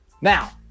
Now